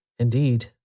Indeed